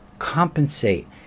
compensate